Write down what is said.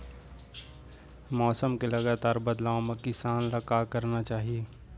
मौसम के लगातार बदलाव मा किसान ला का करना चाही?